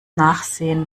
nachsehen